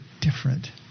different